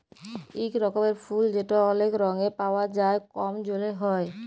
ইক রকমের ফুল যেট অলেক রঙে পাউয়া যায় কম জলে হ্যয়